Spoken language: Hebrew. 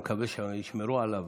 אני מקווה שישמרו עליו,